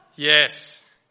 Yes